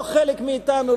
לא חלק מאתנו,